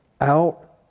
out